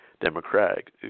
democratic